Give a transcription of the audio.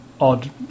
odd